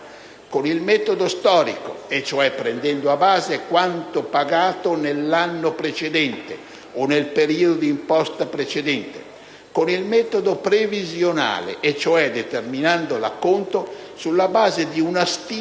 con il metodo storico, cioè prendendo a base quanto pagato nell'anno precedente (o nel periodo d'imposta precedente) e con il metodo previsionale, cioè determinando l'acconto sulla base di una stima